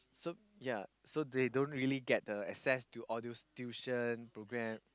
so yea so they don't really get the access to all those tuition program